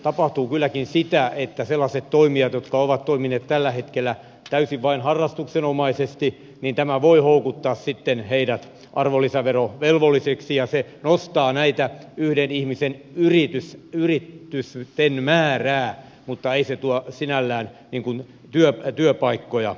tapahtuu kylläkin sitä että tämä voi houkuttaa sellaiset toimijat jotka ovat toimineet tällä hetkellä täysin vain harrastuksenomaisesti mitä mä voi houkuttaa sitten heidät arvolisävero arvonlisäverovelvollisiksi ja se nostaa näiden yhden ihmisen yritysten määrää mutta ei se tuo sinällään työpaikkoja